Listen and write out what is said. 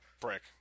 Brick